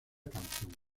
canción